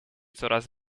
coraz